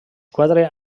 quatre